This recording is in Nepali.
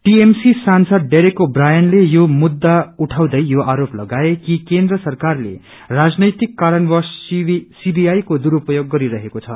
टीएमसी सांसद डेरेक ओ ब्रायनले यो मुद्धा उठाउँदै यो आरोप लगाए कि केन्द्र सरकारले राजनैतिक कारणवश्र सीबीआई को दुरूप्योग गरिरहेको छ